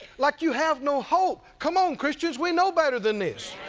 like you have no hope. come on christians, we know better than this.